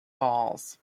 balls